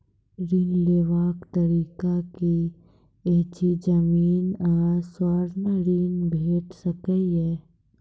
ऋण लेवाक तरीका की ऐछि? जमीन आ स्वर्ण ऋण भेट सकै ये?